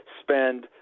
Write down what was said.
spend